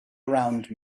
around